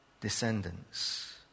descendants